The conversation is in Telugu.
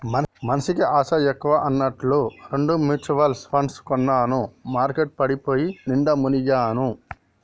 మనిషికి ఆశ ఎక్కువ అన్నట్టు రెండు మ్యుచువల్ పండ్లు కొన్నాను మార్కెట్ పడిపోయి నిండా మునిగాను